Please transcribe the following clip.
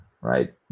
right